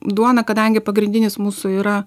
duoną kadangi pagrindinis mūsų yra